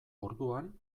orduan